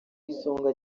isonga